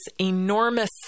enormous